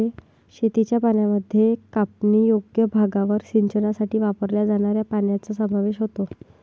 शेतीच्या पाण्यामध्ये कापणीयोग्य भागावर सिंचनासाठी वापरल्या जाणाऱ्या पाण्याचा समावेश होतो